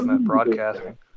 broadcasting